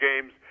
games